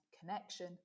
connection